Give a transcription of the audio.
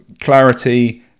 clarity